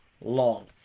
long